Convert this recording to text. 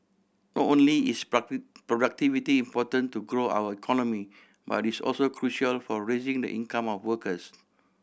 not only is productivity important to grow our economy but it's also crucial for raising the income of workers